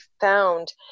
found